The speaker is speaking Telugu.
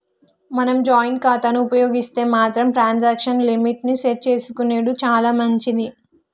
మనం జాయింట్ ఖాతాను ఉపయోగిస్తే మాత్రం ట్రాన్సాక్షన్ లిమిట్ ని సెట్ చేసుకునెడు చాలా మంచిది